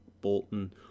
Bolton